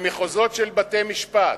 למחוזות של בתי-משפט: